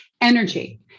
Energy